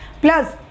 plus